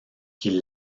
qu’il